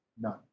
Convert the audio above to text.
None